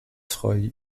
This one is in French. roy